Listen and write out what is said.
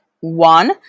one